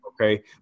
okay